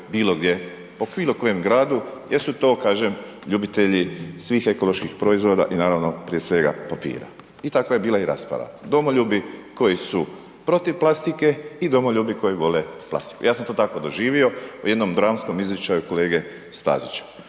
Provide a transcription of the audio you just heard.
bilo gdje po bilo kojem gradu jer su to kažem ljubitelji svih ekoloških proizvoda i naravno prije svega papira i takva je bila i rasprava, domoljubi koji su protiv plastike i domoljubi koji vole plastiku, ja sam to tako doživio u jednom dramskom izričaju kolege Stazića.